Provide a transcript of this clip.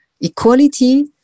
equality